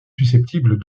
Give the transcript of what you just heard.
susceptibles